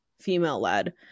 female-led